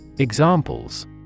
Examples